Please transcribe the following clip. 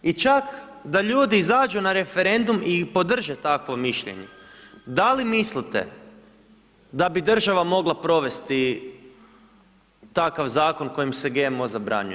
I čak da ljudi izađu na referendum i podrže takvo mišljenje, da li mislite da bi država mogla provesti takav zakon kojim se GMO zabranjuje?